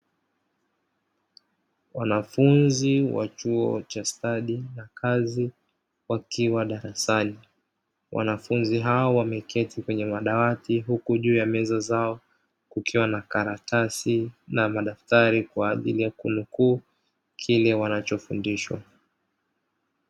Wanafunzi wa chuo cha stadi na kazi wakiwa darasani. Wanafunzi hao wameketi kwenye madawati huku juu ya meza zao kukiwa na karatasi na madaftari kwa ajili ya kunukuu kile wanachofundishwa.